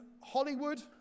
hollywood